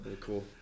Cool